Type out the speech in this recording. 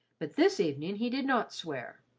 but this evening he did not swear,